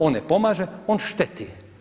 On ne pomaže, on šteti.